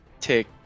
take